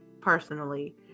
personally